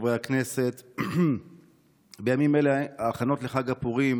חברי הכנסת, בימים אלה ההכנות לחג הפורים,